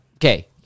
Okay